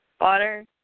water